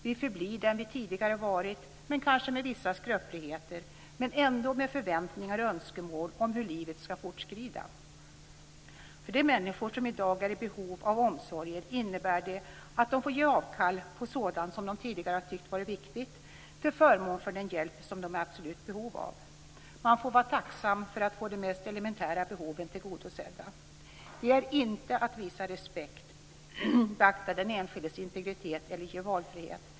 Vi förblir den vi tidigare varit, kanske med vissa skröpligheter men ändå med förväntningar och önskemål om hur livet ska fortskrida. För de människor som i dag är i behov av omsorg innebär det att de får ge avkall på sådant som de tidigare har tyckt varit viktigt till förmån för den hjälp som de är i absolut behov av. Man får vara tacksam för att få de mest elementära behoven tillgodosedda. Det är inte att visa respekt, beakta den enskildes integritet eller ge valfrihet.